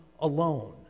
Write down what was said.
alone